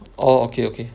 orh okay okay